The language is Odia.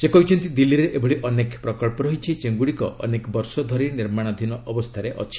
ସେ କହିଛନ୍ତି ଦିଲ୍ଲୀରେ ଏଭଳି ଅନେକ ପ୍ରକଳ୍ପ ରହିଛି ଯେଉଁଗୁଡ଼ିକ ଅନେକ ବର୍ଷ ଧରି ନିର୍ମାଣାଧୀନ ଅବସ୍ଥାରେ ଅଛି